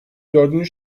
dördüncü